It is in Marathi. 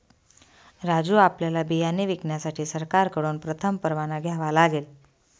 राजू आपल्याला बियाणे विकण्यासाठी सरकारकडून प्रथम परवाना घ्यावा लागेल